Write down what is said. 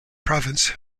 province